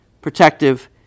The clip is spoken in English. protective